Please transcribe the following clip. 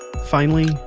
finally,